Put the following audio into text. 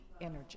energy